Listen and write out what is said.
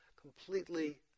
completely